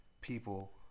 people